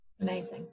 amazing